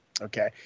Okay